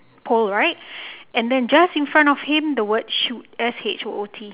pole right and than just in front of him the word shoot S H O O T